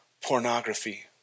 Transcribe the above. pornography